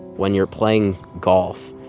when you're playing golf,